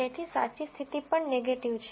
તેથી સાચી સ્થિતિ પણ નેગેટીવ છે